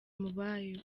mubayo